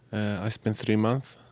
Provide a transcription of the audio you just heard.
i spent three month,